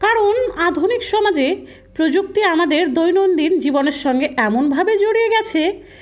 কারণ আধুনিক সমাজে প্রযুক্তি আমাদের দৈনন্দিন জীবনের সঙ্গে এমনভাবে জড়িয়ে গেছে